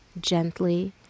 gently